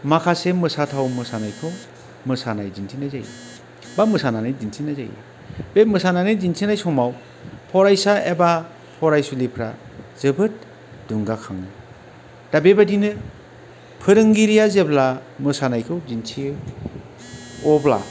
माखासे मोसाथाव मोसानायखौ मोसानाय दिन्थिनाय जायो बा मोसानानै दिन्थिनाय जायो बे मोसानानै दिन्थिनाय समाव फरायसा एबा फरायसुलिफ्रा जोबोद दुंगा खाङो दा बेबायदिनो फोरोंगिरिया जेब्ला मोसानायखौ दिन्थियो अब्ला